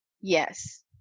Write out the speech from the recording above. Yes